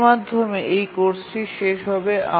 এর মাধ্যমে এই কোর্সটি শেষ হবে